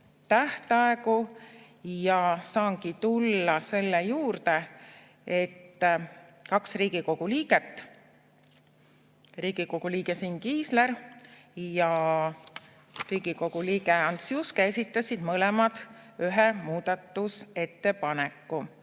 tähtaegu, ja saangi tulla selle juurde, et kaks Riigikogu liiget, Riigikogu liige Siim Kiisler ja Riigikogu liige Ants Juske, esitasid mõlemad ühe muudatusettepaneku.